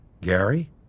Gary